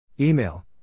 Email